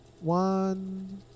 one